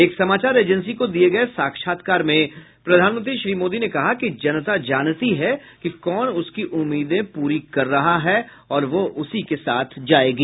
एक समाचार एजेंसी को दिये गये साक्षात्कार में प्रधानमंत्री श्री मोदी ने कहा कि जनता जानती है कि कौन उसकी उम्मीदें पूरी कर रहा है और वह उसी के साथ जायेगी